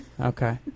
Okay